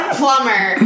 plumber